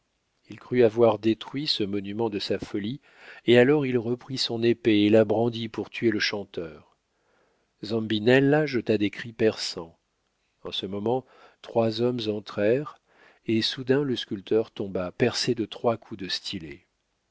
il crut avoir détruit ce monument de sa folie et alors il reprit son épée et la brandit pour tuer le chanteur zambinella jeta des cris perçants en ce moment trois hommes entrèrent et soudain le sculpteur tomba percé de trois coups de stylet